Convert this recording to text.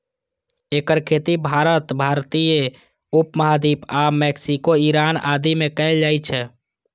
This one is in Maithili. एकर खेती भारत, भारतीय उप महाद्वीप आ मैक्सिको, ईरान आदि मे कैल जाइ छै